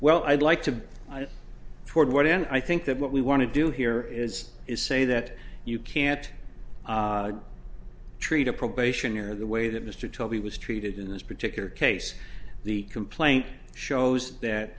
well i'd like to toward what and i think that what we want to do here is is say that you can't treat a probationer the way that mr toby was treated in this particular case the complaint shows that